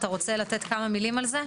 אתה רוצה לתת כמה מילים על זה?